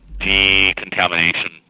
decontamination